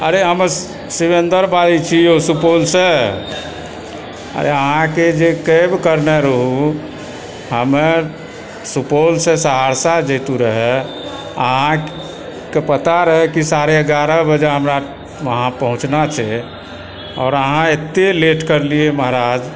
अरे हम शिवेन्दर बाजै छी यौ सुपौलसँ अरे अहाँकेँ जे कैब करने रहु हमे सुपौलसे सहरसा जयतु रह अहाँकेँ पता रहय कि साढ़े एगारह बजे हमरा वहांँ पहुँचना छै आओर अहाँ एतय लेट करलियै महाराज